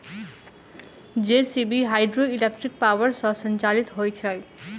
JCB hydraulic power सॅ संचालित होइत छै